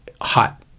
hot